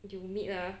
you meet ah